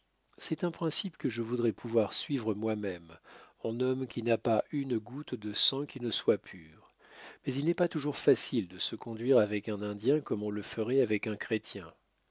c'est un principe que je voudrais pouvoir suivre moimême en homme qui n'a pas une goutte de sang qui ne soit pur mais il n'est pas toujours facile de se conduire avec un indien comme on le ferait avec un chrétien